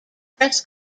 press